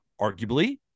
arguably